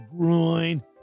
groin